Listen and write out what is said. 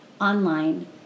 online